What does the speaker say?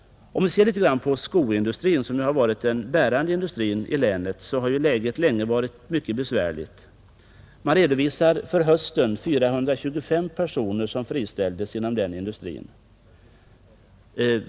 Om vi ser litet grand på skoindustrin, som ju har varit den bärande industrin i länet, finner vi att läget länge har varit mycket besvärligt. Man redovisar för hösten 425 personer som friställts inom den industrin.